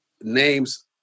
names